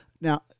Now